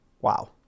Wow